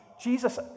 Jesus